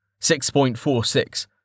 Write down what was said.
6.46